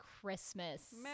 Christmas